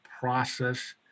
process